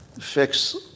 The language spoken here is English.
fix